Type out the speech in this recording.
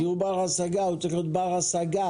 דיור בר השגה צריך להיות בר השגה.